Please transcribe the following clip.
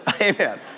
Amen